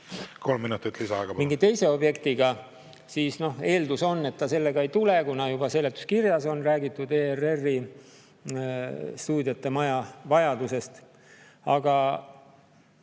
Kolm minutit lisaaega, palun! … siis eeldus on, et ta sellega ei tule, kuna juba seletuskirjas on räägitud ERR‑i stuudiote maja vajadusest. Aga